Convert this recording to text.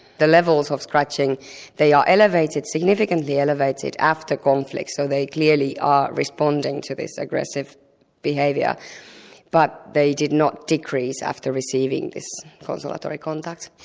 the levels of scratching they are elevated, significantly elevated after conflict, so they clearly are responding to this aggressive behaviour but they did not decrease after receiving this consolatory contact.